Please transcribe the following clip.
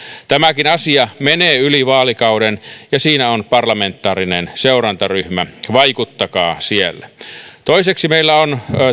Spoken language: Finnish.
tämäkin asia menee yli vaalikauden ja siinä on parlamentaarinen seurantaryhmä vaikuttakaa siellä toiseksi meillä on